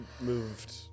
moved